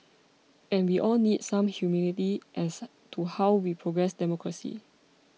and we all need some humility as to how we progress democracy